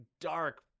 dark